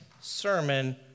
sermon